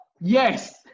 Yes